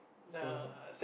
so